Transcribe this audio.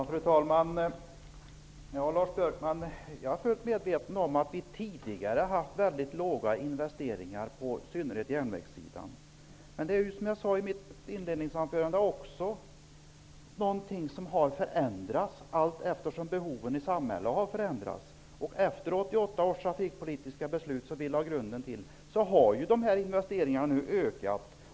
Fru talman! Jag är fullt medveten om att det tidigare skett mycket små investeringar på järnvägsområdet, Lars Björkman. Men som jag sade i mitt inledningsanförande är detta någonting som har förändrats allteftersom behoven i samhället har förändrats. Efter 1988 års trafikpolitiska beslut, som vi socialdemokrater lade grunden till, har investeringarna ökat.